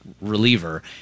reliever